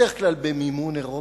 בדרך כלל במימון אירופי.